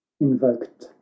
invoked